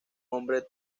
hombre